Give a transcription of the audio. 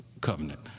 covenant